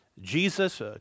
Jesus